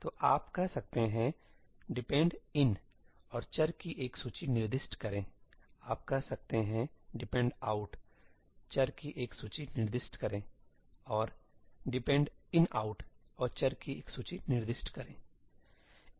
तो आप कह सकते हैं dependin और चर की एक सूची निर्दिष्ट करें आप कह सकते हैं dependout चर की एक सूची निर्दिष्ट करें और dependinout और चर की एक सूची निर्दिष्ट करें